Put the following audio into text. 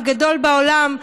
הגדול בעולם,